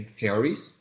theories